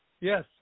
Yes